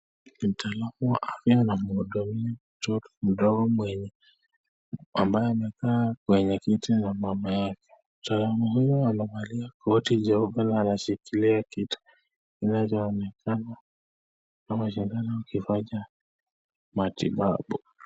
Mtaalamu wa afya anamhudumia mtoto mdogo ambaye amekaa kwenye kiti na mama yake, mtaalamu huyu amevalia koti jeupe akishikilia kitu, inaonekana kama sindano ama kifaa cha matibabu.